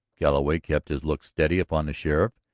galloway kept his look steady upon the sheriff's,